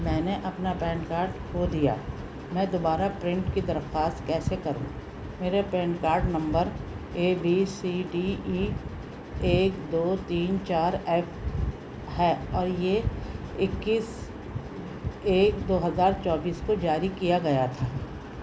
میں نے اپنا پین کارڈ کھو دیا میں دوبارہ پرنٹ کی درخواست کیسے کروں میرے PAN card number A B C D E ایک دو تین چار ایف ہے اور یہ اکیس ایک دو ہزار چوبیس کو جاری کیا گیا تھا